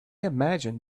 imagine